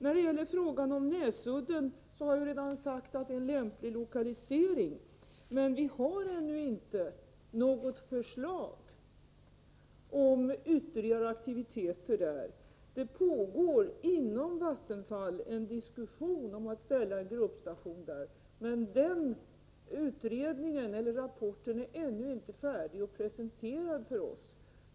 När det gäller frågan om Näsudden har jag redan sagt att det är en lämplig lokalisering, men vi har ännu inte något förslag om ytterligare aktiviteter där. Det pågår inom Vattenfall en diskussion om att ha en gruppstation där. Någon rapport om den saken är ännu inte färdig och presenterad för oss.